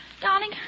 Darling